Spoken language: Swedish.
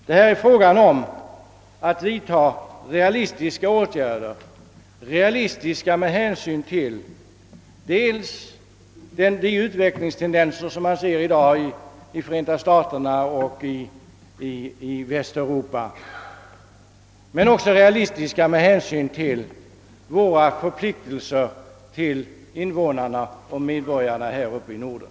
Det är fråga om att vidta realistiska åtgärder, realistiska med hänsyn dels till de utvecklingstendenser som man i dag ser i Förenta staterna och Västeuropa, dels med hänsyn till våra förpliktelser mot medborgarna här uppe i Norden.